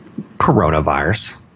coronavirus